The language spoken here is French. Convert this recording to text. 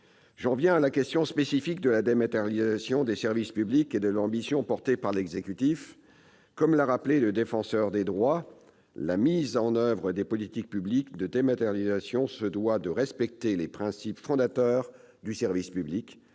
Je reviens à la question spécifique de la dématérialisation des services publics et de l'ambition portée par l'exécutif. Comme l'a rappelé le Défenseur des droits, « la mise en oeuvre des politiques publiques de dématérialisation se doit [...] de respecter les principes fondateurs du service public